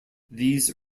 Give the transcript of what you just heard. these